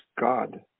God